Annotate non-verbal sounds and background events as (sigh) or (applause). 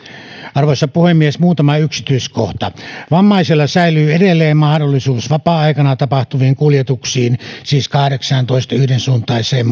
arvoisa puhemies muutama yksityiskohta vammaisella säilyy edelleen mahdollisuus vapaa aikana tapahtuviin kuljetuksiin siis kahdeksaantoista yhdensuuntaiseen (unintelligible)